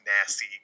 nasty